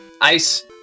ice